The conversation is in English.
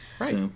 right